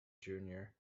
junior